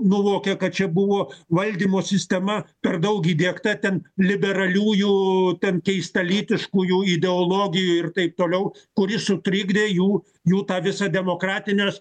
nuvokia kad čia buvo valdymo sistema per daug įdiegta ten liberaliųjų ten keistalytiškųjų ideologijų ir taip toliau kuri sutrikdė jų jų tą visą demokratinės